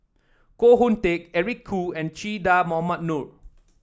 Koh Hoon Teck Eric Khoo and Che Dah Mohamed Noor